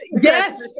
Yes